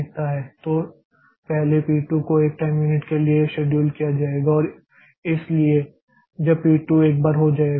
तो पहले P 2 को 1 टाइम यूनिट के लिए शेड्यूल किया जाएगा और इसलिए जब P 2 एक बार हो जाएगा